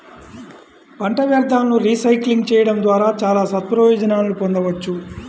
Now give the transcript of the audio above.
పంట వ్యర్థాలను రీసైక్లింగ్ చేయడం ద్వారా చాలా సత్ప్రయోజనాలను పొందవచ్చు